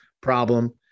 problem